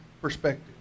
perspective